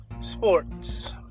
sports